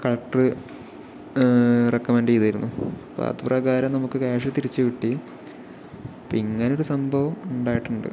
collector recommend ചെയ്തിരുന്നു അപ്പോൾ അതുപ്രകാരം നമുക്ക് ക്യാഷ് തിരിച്ച് കിട്ടി ഇപ്പോൾ ഇങ്ങനെയൊരു സംഭവം ഉണ്ടായിട്ടുണ്ട്